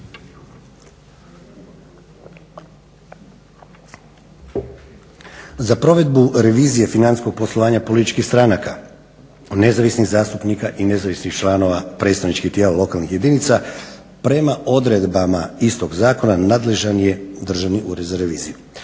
Za provedbu revizije financijskog poslovanja političkih stranaka, nezavisnih zastupnika i nezavisnih članova predstavničkih tijela lokalnih jedinica prema odredbama istog zakona nadležan je Državni ured za reviziju.